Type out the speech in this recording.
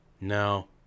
No